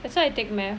that's why I take math